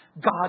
God